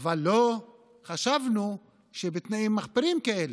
אבל לא חשבנו שבתנאים מחפירים כאלה.